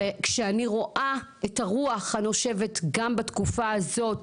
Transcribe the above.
כשאני רואה את הרוח הנושבת גם בתקופה הזאת